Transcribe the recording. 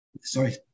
sorry